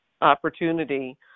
opportunity